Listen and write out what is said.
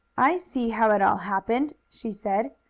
i see how it all happened, she said.